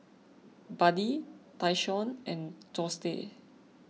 Buddy Tyshawn and Dorsey